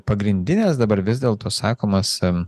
pagrindinės dabar vis dėlto sakomos